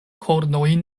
kornojn